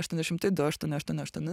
aštuoni šimtai du aštuoni aštuoni aštuoni